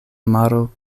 maro